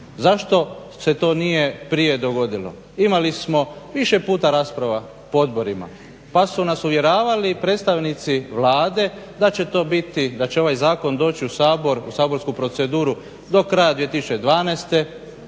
Zašto se to nije prije dogodilo. Imali smo više puta rasprava po odborima pa su nas uvjeravali predstavnici Vlade da će to biti, da će ovaj Zakon doći u Sabor, u saborsku proceduru do kraja 2012.